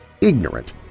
ignorant